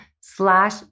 slash